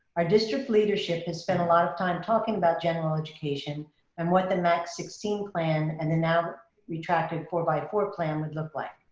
our district leadership has spent a lot of time talking about general education and what the max sixteen plan and the now retracted four by four plan would look like.